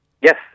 yes